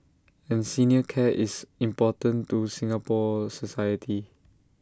and senior care is important to Singapore society